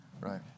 Right